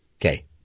Okay